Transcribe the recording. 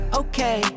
okay